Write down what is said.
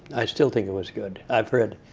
i still think it was good. i've read,